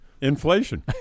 Inflation